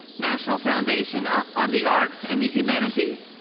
national foundation ah on the arts and the humanities,